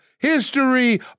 History